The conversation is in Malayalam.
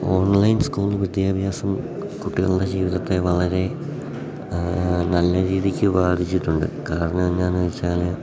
ഓൺലൈൻ സ്കൂൾ വിദ്യാഭ്യാസം കുട്ടികളുടെ ജീവിതത്തെ വളരെ നല്ല രീതിക്ക് ബാധിച്ചിട്ടുണ്ട് കാരണം എന്താണെന്നു വെച്ചാൽ